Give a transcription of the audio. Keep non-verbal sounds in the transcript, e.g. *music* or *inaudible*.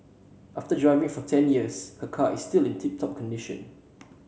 after driving for ten years her car is still in tip top condition *noise*